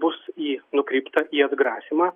bus į nukreipta į atgrasymą